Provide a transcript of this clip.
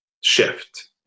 shift